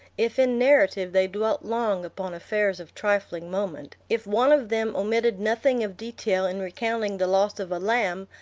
if in narrative they dwelt long upon affairs of trifling moment if one of them omitted nothing of detail in recounting the loss of a lamb,